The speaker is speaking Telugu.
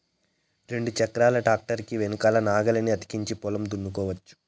రెండు చక్రాల ట్రాక్టర్ కి వెనకల నాగలిని అతికించి పొలంను దున్నుకోవచ్చు